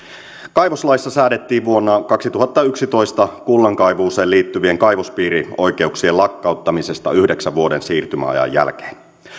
kaivoslaissa säädettiin vuonna kaksituhattayksitoista kullankaivuuseen liittyvien kaivospiirioikeuksien lakkauttamisesta yhdeksän vuoden siirtymäajan jälkeen